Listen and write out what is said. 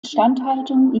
instandhaltung